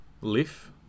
leaf